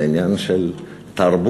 זה עניין של תרבות,